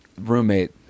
roommate